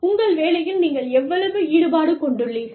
உங்கள் வேலையில் நீங்கள் எவ்வளவு ஈடுபாடு கொண்டுள்ளீர்கள்